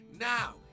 now